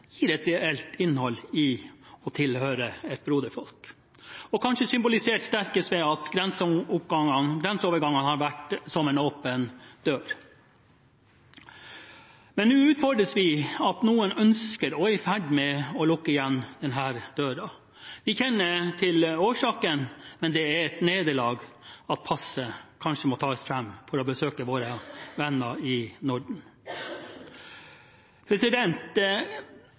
gir et reelt innhold til å tilhøre et broderfolk – kanskje symbolisert sterkest ved at grenseovergangene har vært som en åpen dør. Men nå utfordres vi gjennom at noen ønsker, og er i ferd med, å lukke igjen denne døren. Vi kjenner til årsaken, men det er et nederlag at passet kanskje må tas fram når vi skal besøke våre venner i Norden.